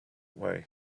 way